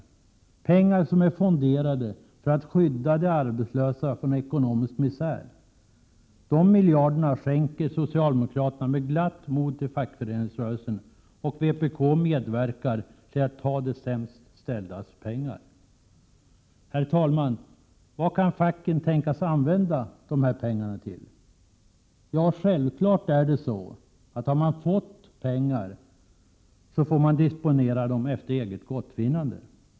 Det är pengar som är fonderade för att skydda de arbetslösa från ekonomisk misär. De miljarderna skänker socialdemokraterna med glatt hjärta till fackföreningsrörelsen, och vpk medverkar till att de sämst ställdas pengar tas. Herr talman! Vad kan facken tänkas använda dessa pengar till? Självfallet får de pengar man erhållit disponeras efter eget gottfinnande.